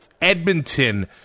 Edmonton